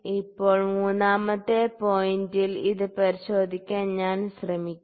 ഇപ്പോൾ മൂന്നാമത്തെ പോയിന്റിൽ ഇത് പരിശോധിക്കാൻ ഞാൻ ശ്രമിക്കും